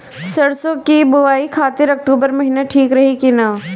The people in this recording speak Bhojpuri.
सरसों की बुवाई खाती अक्टूबर महीना ठीक रही की ना?